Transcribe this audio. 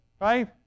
right